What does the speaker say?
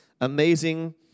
Amazing